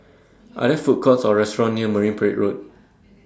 Are There Food Courts Or restaurants near Marine Parade Road